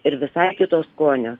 ir visai kito skonio